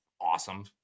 Awesome